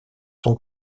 son